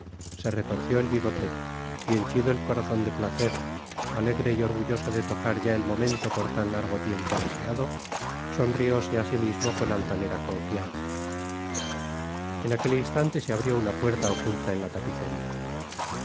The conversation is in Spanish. se retorció el bigote y henchido el corazon de placer alegre y orgulloso de tocar ya el momento por tan largo liempo deseado sonrióse á sí mismo con altanera confianza en aquel instante se abrió una puerta oculta en la tapicería